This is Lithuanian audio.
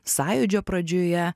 sąjūdžio pradžioje